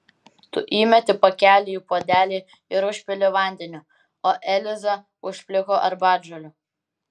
tu įmeti pakelį į puodelį ir užpili vandeniu o eliza užpliko arbatžolių